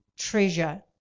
treasure